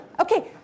Okay